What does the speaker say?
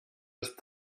ist